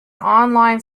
online